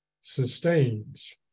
sustains